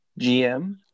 GM